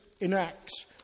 enacts